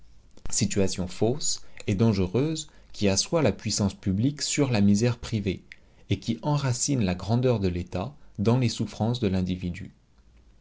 situation fausse et dangereuse qui assoit la puissance publique sur la misère privée et qui enracine la grandeur de l'état dans les souffrances de l'individu